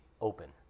open